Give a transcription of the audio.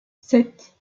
sept